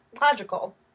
logical